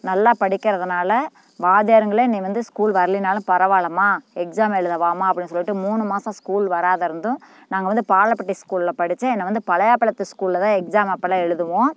நல்லா படிக்கிறதினால வாத்தியாருங்களே நீ வந்து ஸ்கூல் வரலைனாலும் பரவாயில்லம்மா எக்ஸாம் எழுதவாம்மா அப்படின்னு சொல்லிவிட்டு மூணு மாசம் ஸ்கூல் வராம இருந்தும் நான் அங்கே வந்து பாலப்பட்டி ஸ்கூலில் படித்தேன் என்னை வந்து பழையாப்பாளத்து ஸ்கூலில் தான் எக்ஸாம் அப்போலாம் எழுதுவோம்